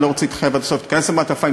עומד פה היום ומודיע לך שהתוכנית תיכנס למעטפה,